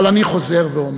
אבל אני חוזר ואומר: